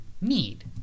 need